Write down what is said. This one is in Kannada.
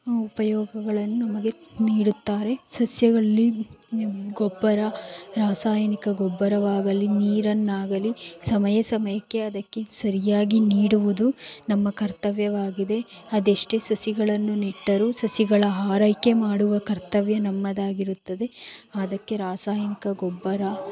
ಉಪಯೋಗಗಳನ್ನು ನಮಗೆ ನೀಡುತ್ತಾರೆ ಸಸ್ಯಗಳಲ್ಲಿ ಗೊಬ್ಬರ ರಾಸಾಯನಿಕ ಗೊಬ್ಬರವಾಗಲಿ ನೀರನ್ನಾಗಲಿ ಸಮಯ ಸಮಯಕ್ಕೆ ಅದಕ್ಕೆ ಸರಿಯಾಗಿ ನೀಡುವುದು ನಮ್ಮ ಕರ್ತವ್ಯವಾಗಿದೆ ಅದೆಷ್ಟೇ ಸಸಿಗಳನ್ನು ನೆಟ್ಟರೂ ಸಸಿಗಳ ಆರೈಕೆ ಮಾಡುವ ಕರ್ತವ್ಯ ನಮ್ಮದಾಗಿರುತ್ತದೆ ಅದಕ್ಕೆ ರಾಸಾಯನಿಕ ಗೊಬ್ಬರ